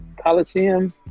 Coliseum